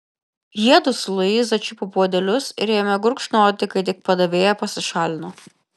jiedu su luiza čiupo puodelius ir ėmė gurkšnoti kai tik padavėja pasišalino